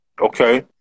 Okay